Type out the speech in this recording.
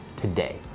today